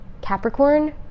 Capricorn